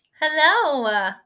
Hello